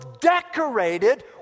decorated